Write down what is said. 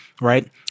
right